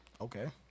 okay